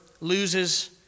loses